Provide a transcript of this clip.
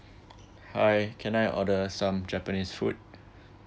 hi can I order some japanese food